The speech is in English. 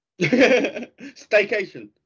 Staycation